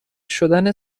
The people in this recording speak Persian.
شدن